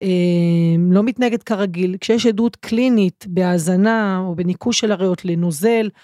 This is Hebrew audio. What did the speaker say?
לא מתנהגת כרגיל, כשיש עדות קלינית בהאזנה או בניקוש של הריאות לנוזל.